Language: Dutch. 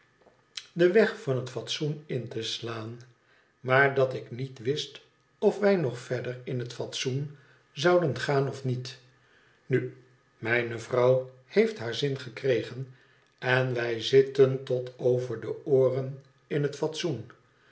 den weg van het fatsoen in te slaan maar dat ik niet wist of wij nog verder in bet tsoen zouden gaan of niet nu mijne vrouw heeft haar zin gekregen en wij zitten tot over de ooren in het fatsoen